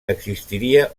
existiria